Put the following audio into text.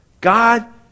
God